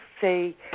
say